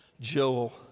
Joel